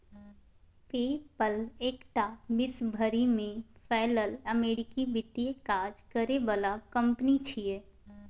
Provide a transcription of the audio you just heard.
पे पल एकटा विश्व भरि में फैलल अमेरिकी वित्तीय काज करे बला कंपनी छिये